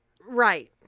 Right